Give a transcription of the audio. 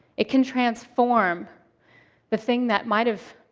it can transform the thing that might have